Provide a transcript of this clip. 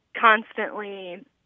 constantly